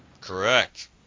Correct